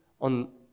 on